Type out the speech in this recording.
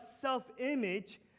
self-image